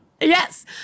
Yes